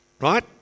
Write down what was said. right